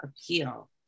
appeal